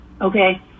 Okay